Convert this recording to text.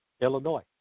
Illinois